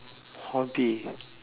hobby